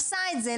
עשה את זה,